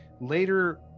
later